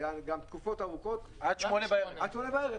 היו תקופות ארוכות --- עד 20:00 בערב.